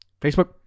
Facebook